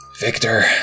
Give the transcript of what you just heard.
Victor